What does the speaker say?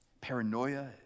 paranoia